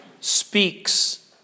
speaks